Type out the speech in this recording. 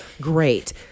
Great